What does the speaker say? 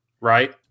right